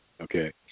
Okay